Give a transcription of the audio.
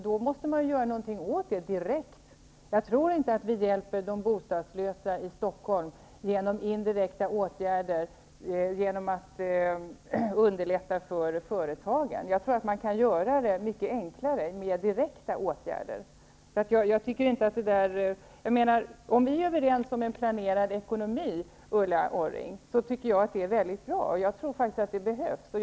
Då måste man göra någonting åt problemet direkt. Jag tror inte att vi hjälper de bostadslösa i Stockholm genom indirekta åtgärder, genom att underlätta för företagen. Man kan nog lösa problemet mycket enklare med direkta åtgärder. Om vi är överens om en planerad ekonomi, Ulla Orring, tycker jag att det är mycket bra. Jag tror faktiskt att det är någonting som behövs.